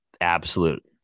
absolute